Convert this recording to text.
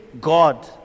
God